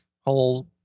whole